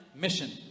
Mission